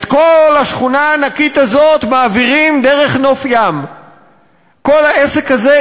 יש להם מספיק כסף,